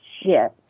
Yes